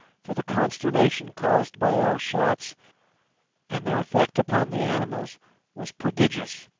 for the consternation caused by our shots and their effect upon the animals was prodigious.